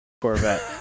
Corvette